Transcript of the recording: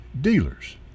dealers